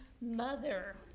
mother